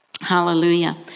Hallelujah